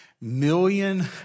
million